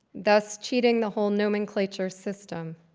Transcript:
thus cheating the whole nomenclature system.